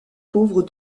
pauvre